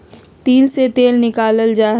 तिल से तेल निकाल्ल जाहई